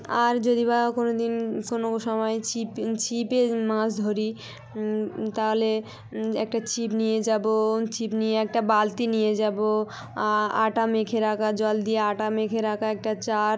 আর যদি বা কোনো দিন কোনো সময় ছিপ ছিপে মাস ধরি তাহলে একটা ছিপ নিয়ে যাব ছিপ নিয়ে একটা বালতি নিয়ে যাব আটা মেখে রাখা জল দিয়ে আটা মেখে রাখা একটা চার